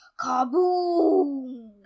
kaboom